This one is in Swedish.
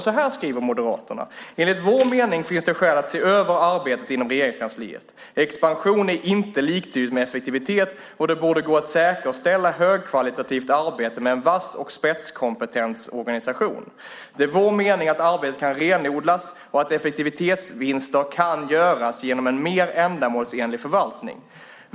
Så här skriver Moderaterna: Enligt vår mening finns det skäl att se över arbetet inom Regeringskansliet. Expansion är inte liktydigt med effektivitet, och det borde gå att säkerställa högkvalitativt arbete med en vass och spetskomptent organisation. Det är vår mening att arbetet kan renodlas och att effektivitetsvinster kan göras genom en mer ändamålsenlig förvaltning.